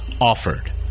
offered